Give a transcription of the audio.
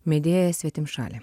medėja svetimšalė